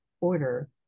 Order